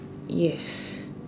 yes